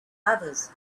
others